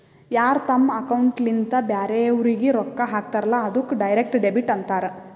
ಯಾರ್ ತಮ್ ಅಕೌಂಟ್ಲಿಂತ್ ಬ್ಯಾರೆವ್ರಿಗ್ ರೊಕ್ಕಾ ಹಾಕ್ತಾರಲ್ಲ ಅದ್ದುಕ್ ಡೈರೆಕ್ಟ್ ಡೆಬಿಟ್ ಅಂತಾರ್